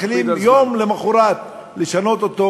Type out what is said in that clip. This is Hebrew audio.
מתחילים יום למחרת לשנות אותו,